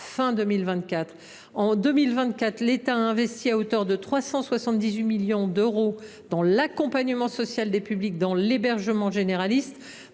fin de 2024. En 2024, l’État a investi à hauteur de 378 millions d’euros dans l’accompagnement social des publics dans l’hébergement généraliste,